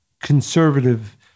conservative